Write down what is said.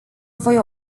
voi